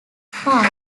punk